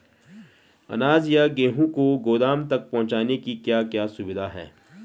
अनाज या गेहूँ को गोदाम तक पहुंचाने की क्या क्या सुविधा है?